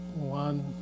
One